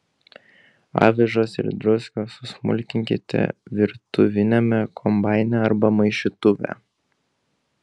avižas ir druską susmulkinkite virtuviniame kombaine arba maišytuve